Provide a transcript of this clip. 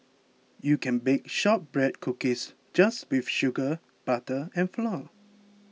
you can bake Shortbread Cookies just with sugar butter and flour